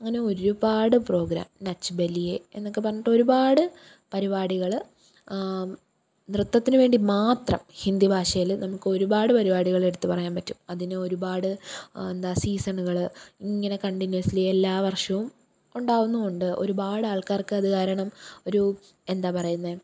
അങ്ങനെ ഒരുപാട് പ്രോഗ്രാം നച്ച് ബല്ലിയെ എന്നൊക്കെ പറഞ്ഞിട്ട് ഒരുപാട് പരിപാടികൾ നൃത്തത്തിന് വേണ്ടി മാത്രം ഹിന്ദി ഭാഷയിൽ നമുക്കൊരുപാട് പരിപാടികളെടുത്ത് പറയാൻ പറ്റും അതിന് ഒരുപാട് എന്താ സീസണുകൾ ഇങ്ങനെ കണ്ടിന്യൂസ്ലി എല്ലാ വർഷവും ഉണ്ടാവുന്നും ഉണ്ട് ഒരുപാട് ആൾക്കാർക്കത് കാരണം ഒരു എന്താ പറയുന്നത്